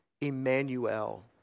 Emmanuel